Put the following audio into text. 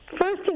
First